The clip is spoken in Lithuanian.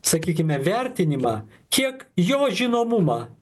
sakykime vertinimą kiek jo žinomumą